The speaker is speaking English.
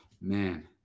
man